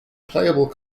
playable